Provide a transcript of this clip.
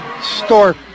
Stork